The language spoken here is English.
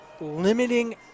limiting